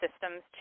systems